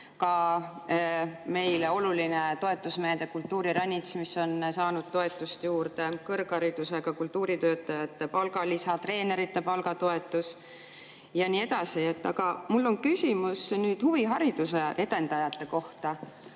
väga oluline toetusmeede "Kultuuriranits", mis on saanud toetust juurde, kõrgharidusega kultuuritöötajate palgalisa, treenerite palgatoetus ja nii edasi. Aga mul on küsimus huvihariduse edendajate kohta.